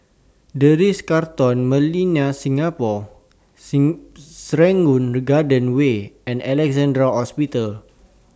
The Ritz Carlton Millenia Singapore Serangoon Garden Way and Alexandra Hospital